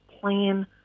plan